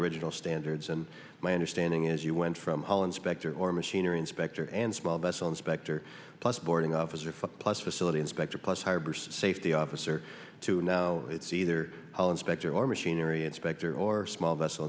original standards and my understanding is you went from holland specter or machinery inspector and small vessel inspector plus boarding officer plus facility inspector plus hired safety officer to now it's either all inspectors or machinery inspector or small